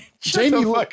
Jamie